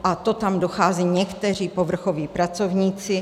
A to tam docházejí někteří povrchoví pracovníci.